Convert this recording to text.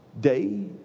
day